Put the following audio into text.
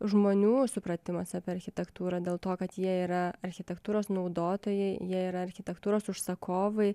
žmonių supratimas apie architektūrą dėl to kad jie yra architektūros naudotojai jie yra architektūros užsakovai